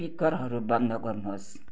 स्पिकरहरू बन्द गर्नुहोस्